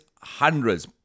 hundreds